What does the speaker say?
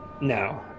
No